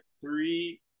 three